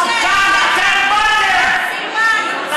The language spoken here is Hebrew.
רגע, רגע, יש לי שאלה, אנחנו כאן.